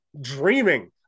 dreaming